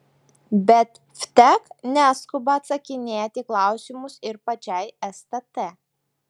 bet vtek neskuba atsakinėti į klausimus ir pačiai stt